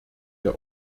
der